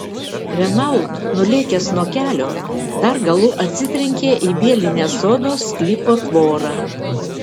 renault nulėkęs nuo kelio dar galu atsitrenkė į vielinę sodo sklypo tvorą